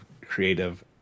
creative